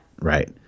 right